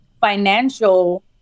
financial